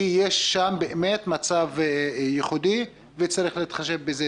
כי יש שם באמת מצב ייחודי וצריך להתחשב בזה.